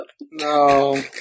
No